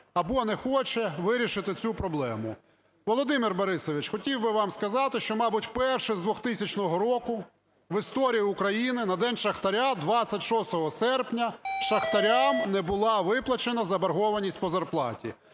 або не хоче вирішити цю проблему. Володимир Борисович, хотів би вам сказати, що, мабуть, вперше з 2000 року в історії України на День шахтаря 26 серпня шахтарям не була виплачена заборгованість по зарплаті.